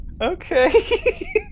Okay